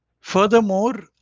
Furthermore